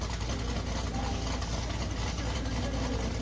for their flesh the spectre-children wail,